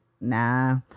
Nah